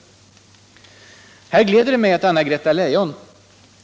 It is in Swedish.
Fredagen den Det gläder mig att Anna-Greta Leijon